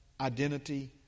identity